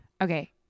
Okay